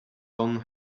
down